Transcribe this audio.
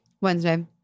Wednesday